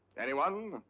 anyone?